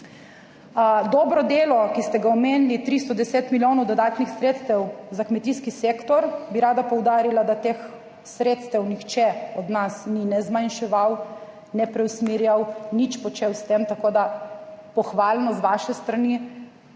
Dobro delo, ki ste ga omenili, 310 milijonov dodatnih sredstev za kmetijski sektor, bi rada poudarila, da teh sredstev nihče od nas ni ne zmanjševal ne preusmerjal, nič počel s tem, tako da pohvalno z vaše strani.